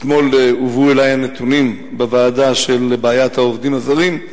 אתמול הובאו אלי הנתונים בוועדה של בעיית העובדים הזרים: